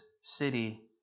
city